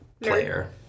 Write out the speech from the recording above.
player